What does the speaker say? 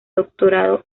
doctorado